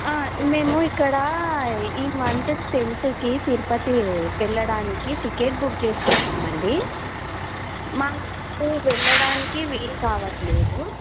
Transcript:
మేము ఇక్కడ ఈ మంత్ టెన్త్కి తిరుపతి వెళ్ళడానికి టికెట్ బుక్ చేసుకున్నామండి మా వెళ్ళడానికి వీలు కావట్లేదు